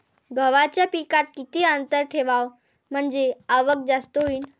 गव्हाच्या पिकात किती अंतर ठेवाव म्हनजे आवक जास्त होईन?